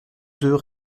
deux